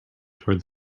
toward